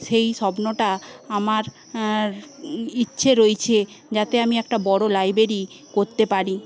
সেই স্বপ্নটা আমার ইচ্ছে রয়েছে যাতে আমি একটা বড় লাইব্রেরি করতে পারি